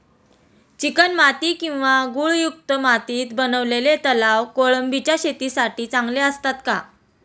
चिकणमाती किंवा गाळयुक्त मातीत बनवलेले तलाव कोळंबीच्या शेतीसाठी चांगले असतात